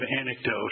anecdote